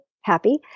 happy